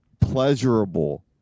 pleasurable